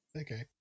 Okay